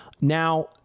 Now